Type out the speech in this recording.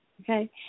okay